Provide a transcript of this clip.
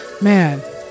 man